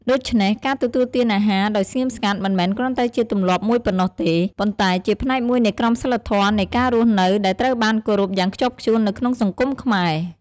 ដូច្នេះ ការទទួលទានអាហារដោយស្ងៀមស្ងាត់ មិនមែនគ្រាន់តែជាទម្លាប់មួយប៉ុណ្ណោះទេ ប៉ុន្តែជាផ្នែកមួយនៃក្រមសីលធម៌នៃការរស់នៅ ដែលត្រូវបានគោរពយ៉ាងខ្ជាប់ខ្ជួននៅក្នុងសង្គមខ្មែរ។